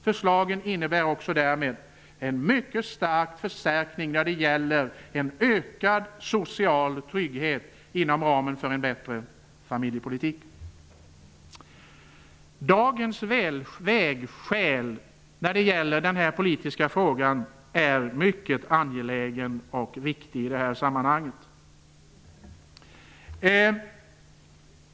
Förslaget innebär därmed också en mycket stark förstärkning när det gäller ökad social trygghet inom ramen för en bättre familjepolitik. I denna mycket viktiga och angelägna politiska fråga har vi i dag kommit till ett vägskäl. Herr talman!